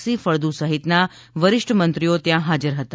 C Faldu સહિત ના વરિષ્ઠ મંત્રી ત્યાં હાજર હતા